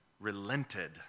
relented